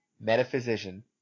metaphysician